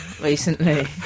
recently